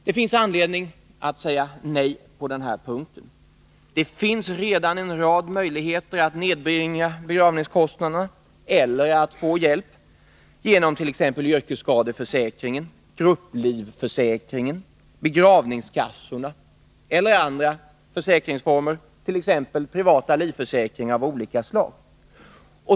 Det finns anledning att säga nej på denna punkt. Det finns redan en rad möjligheter att nedbringa begravningskostnaderna eller att få hjälp genom t.ex. yrkesskadeförsäkringen, grupplivförsäkringen, begravningskassorna eller andra försäkringsformer, t.ex. privata livförsäkringar av olika slag.